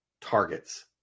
targets